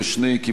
קודם כול,